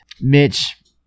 Mitch